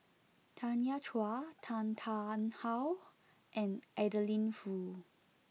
Tanya Chua Tan Tarn How and Adeline Foo